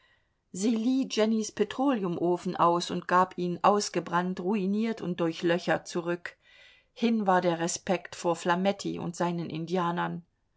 sie lieh jennys petroleumofen aus und gab ihn ausgebrannt ruiniert und durchlöchert zurück hin war der respekt vor flametti und seinen indianern